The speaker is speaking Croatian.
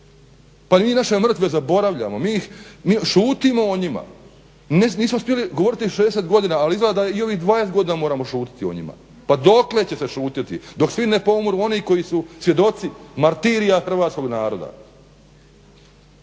Pa mi naše mrtve zaboravljamo, mi šutimo o njim, nismo smjeli govoriti 60 godina, ali izgleda da i ovih 20 godina moramo šutiti o njima. Pa dokle će se šutjeti, dok svi ne poumru oni koji su svjedoci martirija hrvatskog naroda.